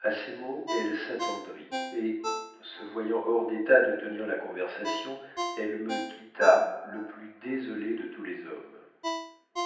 à ces mots elle s'attendrit et se voyant hors d'état de tenir la conversation elle me quitta le plus désolé des hommes